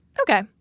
Okay